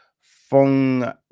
Fong